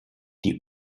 die